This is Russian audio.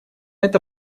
это